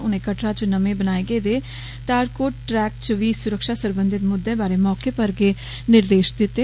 उनें कटड़ा च नमें बनाए गेदे तारकोट ट्रैक च बी सुरक्षा सरबंधित मुद्दे बारै मौके पर गै निर्देश दित्ते